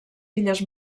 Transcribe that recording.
illes